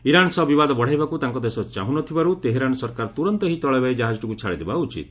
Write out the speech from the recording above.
Iran ସହ ବିବାଦ ବଢ଼ାଇବାକୁ ତାଙ୍କ ଦେଶ ଚାହ୍ର ନ ଥିବାର୍ ତେହେରାନ୍ ସରକାର ତୂରନ୍ତ ଏହି ତେଳବାହୀ କାହାଜଟିକୃ ଛାଡ଼ିଦେବା ଉଚିତ